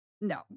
No